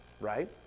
right